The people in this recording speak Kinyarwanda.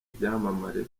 byamamare